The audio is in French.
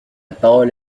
parole